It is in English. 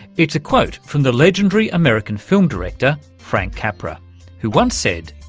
it's a quote from the legendary american film director frank capra who once said,